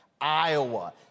Iowa